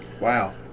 Wow